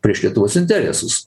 prieš lietuvos interesus